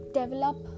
develop